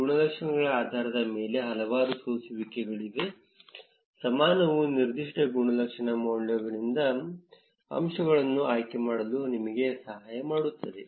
ಗುಣಲಕ್ಷಣಗಳ ಆಧಾರದ ಮೇಲೆ ಹಲವಾರು ಸೋಸುವಿಕೆಗಳಿವೆ ಸಮಾನವು ನಿರ್ದಿಷ್ಟ ಗುಣಲಕ್ಷಣ ಮೌಲ್ಯಗಳೊಂದಿಗೆ ಅಂಶಗಳನ್ನು ಆಯ್ಕೆ ಮಾಡಲು ನಿಮಗೆ ಸಹಾಯ ಮಾಡುತ್ತದೆ